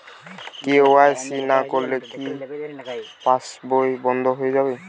KYC না করলে কি পাশবই বন্ধ হয়ে যাবে?